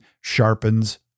sharpens